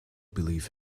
believe